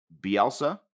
Bielsa